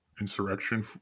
insurrection